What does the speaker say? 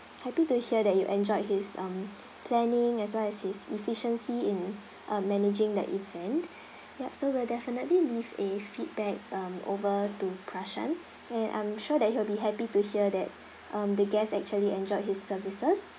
happy to hear that you enjoyed his um planning as well as his efficiency in uh managing the event yup so we'll definitely leave a feedback um over to prashan and I'm sure that he will be happy to hear that um the guest actually enjoyed his services